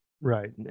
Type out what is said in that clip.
Right